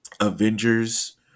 Avengers